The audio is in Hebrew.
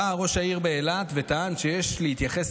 בא ראש העיר באילת וטען שיש להתייחס